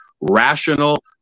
rational